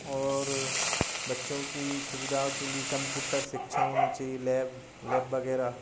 और बच्चों की सुविधा के लिए कम्पुटर शिक्षा होना चाहिए लैब लैब वग़ैरह